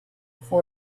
for